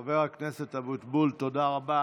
חבר הכנסת אבוטבול, תודה רבה.